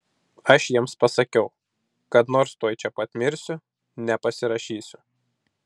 aš jiems pasakiau kad nors tuoj čia pat mirsiu nepasirašysiu